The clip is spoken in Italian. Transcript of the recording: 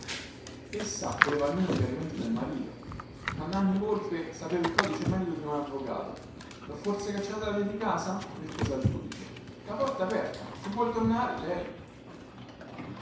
essa voleva almeno gli alimenti dal marito ma nanni volpe sapeva il codice meglio di un avvocato lho forse cacciata via di casa rispose al giudice la porta è aperta se vuol tornare lei